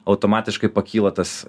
automatiškai pakyla tas